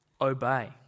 obey